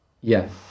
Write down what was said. Yes